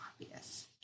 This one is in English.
obvious